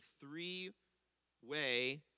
three-way